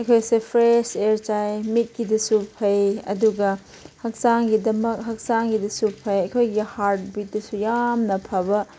ꯑꯩꯈꯣꯏꯁꯦ fresh year ꯆꯥꯏ ꯃꯤꯠꯀꯤꯗꯁꯨ ꯐꯩ ꯑꯗꯨꯒ ꯍꯛꯆꯥꯡꯒꯤꯗꯃꯛ ꯍꯛꯆꯥꯡꯒꯤꯗꯁꯨ ꯐꯩ ꯑꯩꯈꯣꯏꯒꯤ ꯍꯥꯔꯠ ꯕꯤꯠꯇꯁꯨ ꯌꯥꯝꯅ ꯐꯕ